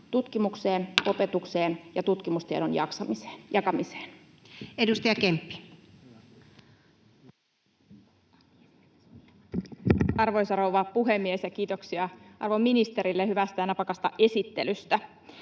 koputtaa] opetukseen ja tutkimustiedon jakamiseen. Edustaja Kemppi. Arvoisa rouva puhemies! Kiitoksia arvon ministerille hyvästä ja napakasta esittelystä.